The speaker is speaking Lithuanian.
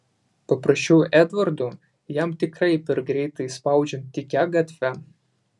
paprašiau edvardo jam tikrai per greitai spaudžiant tykia gatve